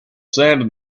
sand